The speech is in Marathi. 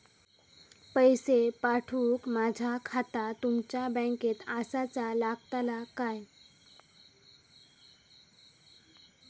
पैसे पाठुक माझा खाता तुमच्या बँकेत आसाचा लागताला काय?